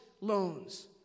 loans